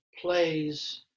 plays